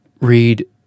read